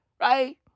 Right